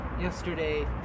yesterday